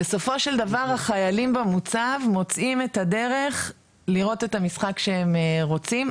בסופו של דבר החיילים במוצב מוצאים את הדרך לראות את המשחק שהם רוצים,